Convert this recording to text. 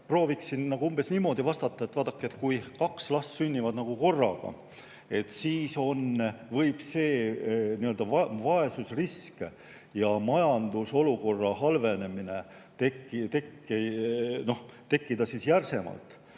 prooviksin umbes niimoodi vastata, et vaadake, kui kaks last sünnivad korraga, siis võib nii-öelda vaesusrisk ja majandusolukorra halvenemine tekkida järsemalt